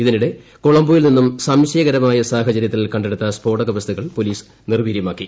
ഇതിനിടെ കൊളംബ്രോയിൽ നിന്നും സംശയകരമായ സാഹചര്യത്തിൽ ക്കെട്ടുത്ത സ്ഫോടക വസ്തുക്കൾ പോലീസ് നിർവീര്യമാക്കി